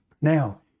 Now